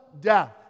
death